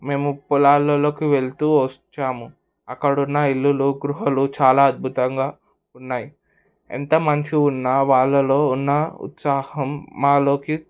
మేము పొలాల్లోకి వెళ్తూ వచ్చాము అక్కడున్న ఇల్లులో గృహలు చాలా అద్భుతంగా ఉన్నాయి ఎంత మంచి ఉన్న వాళ్ళలో ఉన్న ఉత్సాహం మాలోకి